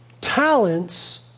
talents